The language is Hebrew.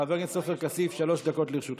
חבר הכנסת עופר כסיף, שלוש דקות לרשותך.